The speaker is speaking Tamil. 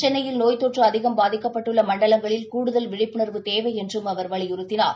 சென்னையில் நோய்த்தொற்றுஅதிகம் பாதிக்கப்பட்டுள்ளமண்டலங்களில் கூடுதல் விழிப்புணர்வு தேவைஎன்றும் அவர் வலியுறுத்தினார்